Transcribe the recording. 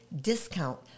discount